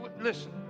Listen